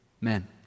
men